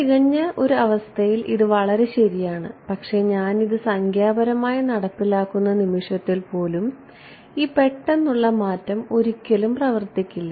തികഞ്ഞ ലോകത്ത് ഇത് വളരെ ശരിയാണ് പക്ഷേ ഞാൻ ഇത് സംഖ്യാപരമായി നടപ്പിലാക്കുന്ന നിമിഷത്തിൽപ്പോലും ഈ പെട്ടെന്നുള്ള മാറ്റം ഒരിക്കലും പ്രവർത്തിക്കില്ല